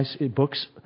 books